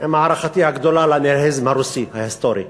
עם הערכתי הגדולה לניהיליזם הרוסי, ההיסטורי.